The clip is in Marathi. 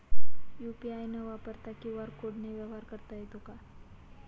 यू.पी.आय न वापरता क्यू.आर कोडने व्यवहार करता येतो का?